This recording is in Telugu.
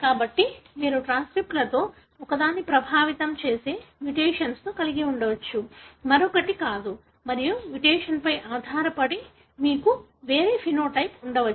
కాబట్టి మీరు ట్రాన్స్క్రిప్ట్లలో ఒకదాన్ని ప్రభావితం చేసే మ్యుటేషన్ కలిగి ఉండవచ్చు మరొకటి కాదు మరియు మ్యుటేషన్పై ఆధారపడి మీకు వేరే సమలక్షణం ఉండవచ్చు